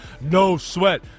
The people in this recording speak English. no-sweat